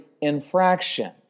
infraction